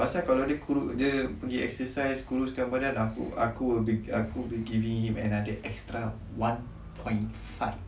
pasal kalau dia exercise pergi kuruskan badan aku will be giving him an extra one point five